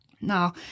now